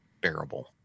bearable